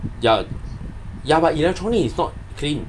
ya ya but electronics is not clean